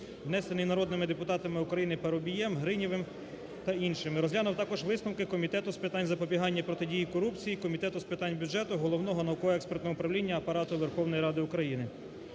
внесений народними депутатами України Парубієм, Гринівим та іншими. Розглянув також висновки Комітету з питань запобігання протидії корупції, Комітету з питань бюджету, Головного науково-експертного управління